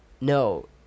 No